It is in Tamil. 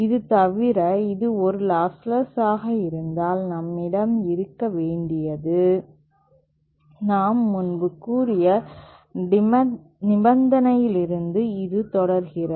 இது தவிர இது ஒரு லாஸ்ட் லஸ் ஆக இருந்தால் நம்மிடம் இருக்க வேண்டியது நாம் முன்பு கூறிய நிபந்தனையிலிருந்து இது தொடர்கிறது